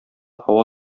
һава